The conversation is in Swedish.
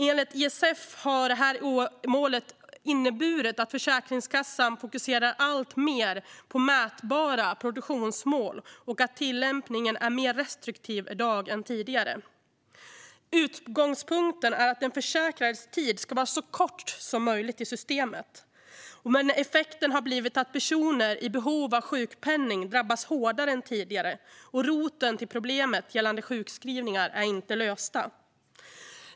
Enligt ISF har detta mål inneburit att Försäkringskassan fokuserar alltmer på mätbara produktionsmål och att tillämpningen är mer restriktiv i dag än tidigare. Utgångspunkten är att den försäkrades tid i systemet ska vara så kort som möjligt. Effekten har dock blivit att personer i behov av sjukpenning drabbas hårdare än tidigare, och man har inte kommit åt roten till problemet gällande sjukskrivningar.